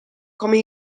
come